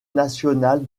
nationale